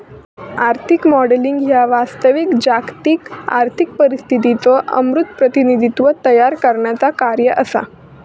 आर्थिक मॉडेलिंग ह्या वास्तविक जागतिक आर्थिक परिस्थितीचो अमूर्त प्रतिनिधित्व तयार करण्याचा कार्य असा